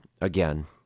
again